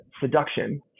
seduction